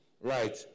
Right